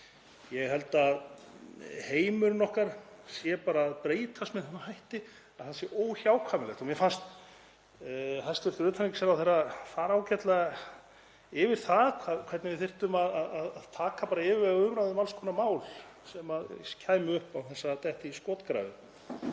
Ég held að heimurinn okkar sé að breytast með þeim hætti að það sé óhjákvæmilegt. Mér fannst hæstv. utanríkisráðherra fara ágætlega yfir það hvernig við þyrftum að taka yfirvegaða umræðu um alls konar mál sem kæmu upp án þess að detta í skotgrafir.